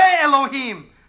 Elohim